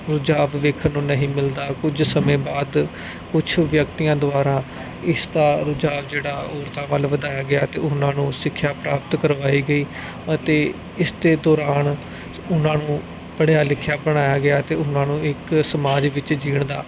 ਰੁਝਾਨ ਵੇਖਣ ਨੂੰ ਨਹੀਂ ਮਿਲਦਾ ਕੁਝ ਸਮੇਂ ਬਾਅਦ ਕੁਛ ਵਿਅਕਤੀਆਂ ਦੁਆਰਾ ਇਸ ਦਾ ਰੁਝਾਨ ਜਿਹੜਾ ਔਰਤਾਂ ਵੱਲ ਵਧਾਇਆ ਗਿਆ ਅਤੇ ਉਹਨਾਂ ਨੂੰ ਸਿੱਖਿਆ ਪ੍ਰਾਪਤ ਕਰਵਾਈ ਗਈ ਅਤੇ ਇਸਦੇ ਦੌਰਾਨ ਉਹਨਾਂ ਨੂੰ ਪੜ੍ਹਿਆ ਲਿਖਿਆ ਅਪਣਾਇਆ ਗਿਆ ਅਤੇ ਉਹਨਾਂ ਨੂੰ ਇੱਕ ਸਮਾਜ ਵਿੱਚ ਜਿਉਣ ਦਾ